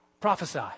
prophesy